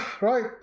Right